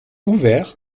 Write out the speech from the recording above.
ouvert